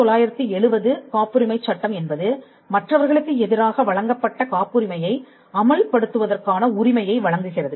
1970 காப்புரிமைச் சட்டம் என்பது மற்றவர்களுக்கு எதிராக வழங்கப்பட்ட காப்புரிமையை அமல்படுத்துவதற்கான உரிமையை வழங்குகிறது